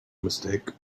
mistake